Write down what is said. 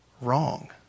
wrong